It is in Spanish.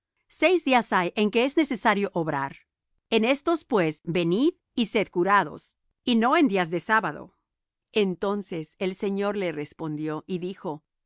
seis días hay en que es necesario obrar en estos pues venid y sed curados y no en días de sábado entonces el señor le respondió y dijo